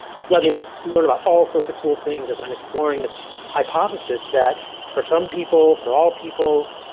it's led me to learn about all sorts of cool things as i'm exploring this hypothesis that for some people, for all people,